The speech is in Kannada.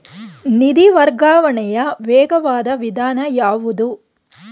ನಿಧಿ ವರ್ಗಾವಣೆಯ ವೇಗವಾದ ವಿಧಾನ ಯಾವುದು?